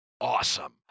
awesome